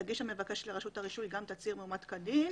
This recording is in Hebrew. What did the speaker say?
יגיש המבקש לרשות הרישוי גם תצהיר מאומת כדין,